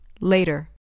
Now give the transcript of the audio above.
later